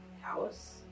house